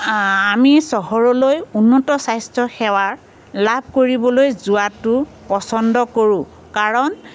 আমি চহৰলৈ উন্নত স্বাস্থ্য সেৱা লাভ কৰিৱবলৈ যোৱাটো পচন্দ কৰোঁ কাৰণ